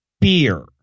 beer